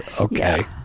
okay